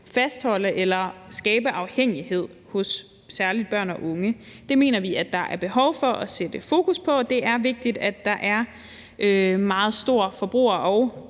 fastholde eller skabe afhængighed hos særlig børn og unge. Det mener vi at der er behov for at sætte fokus på. Det er vigtigt, at der er meget stor forbruger- og